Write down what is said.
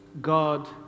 God